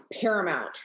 paramount